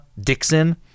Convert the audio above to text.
Dixon